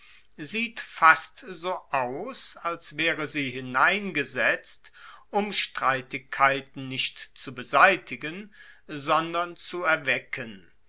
sieht fast so aus als waere sie hineingesetzt um streitigkeiten nicht zu beseitigen sondern zu erwecken